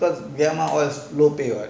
cause then how all slow what